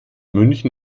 münchen